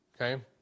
Okay